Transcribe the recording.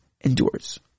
endures